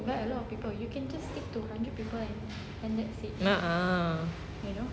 a'ah